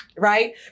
Right